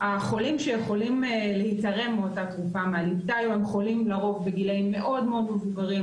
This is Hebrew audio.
החולים שיכולים להיתרם לאותה תרופה הם חולים לרוב בגילים מאוד מבוגרים,